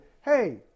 Hey